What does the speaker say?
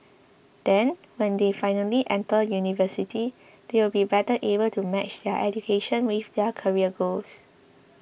then when they finally enter university they would be better able to match their education with their career goals